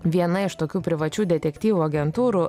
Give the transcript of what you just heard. viena iš tokių privačių detektyvų agentūrų